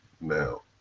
now